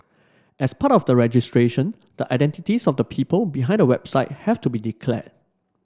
as part of the registration the identities of the people behind the website have to be declared